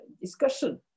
discussion